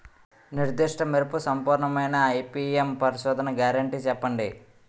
నిర్దిష్ట మెరుపు సంపూర్ణమైన ఐ.పీ.ఎం పరిశోధన గ్యారంటీ చెప్పండి?